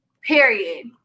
Period